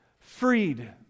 Freed